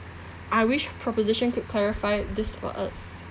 I wish proposition could clarify this for us